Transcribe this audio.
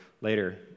later